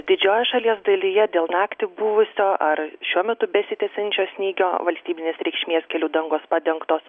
didžiojoj šalies dalyje dėl naktį buvusio ar šiuo metu besitęsiančio snygio valstybinės reikšmės kelių dangos padengtos